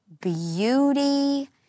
beauty